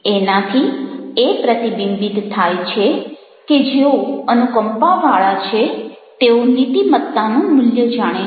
એનાથી એ પ્રતિબિંબિત થાય છે કે જેઓ અનુકંપાવાળા છે તેઓ નીતિમત્તાનું મૂલ્ય જાણે છે